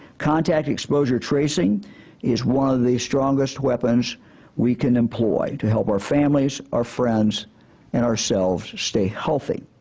contact exposure tracing is one of the strongest weapons we can employ to help our families, our friends and ourselves stay healthy.